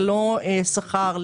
ללא שכר,